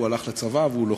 והוא הלך לצבא והוא לוחם.